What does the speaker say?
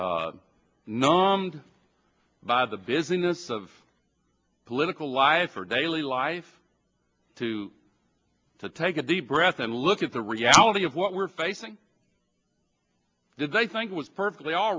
numbed by the business of political life or daily life to to take a deep breath and look at the reality of what we're facing did they think it was perfectly al